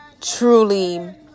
truly